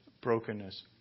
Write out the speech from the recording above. brokenness